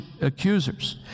accusers